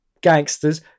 gangsters